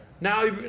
Now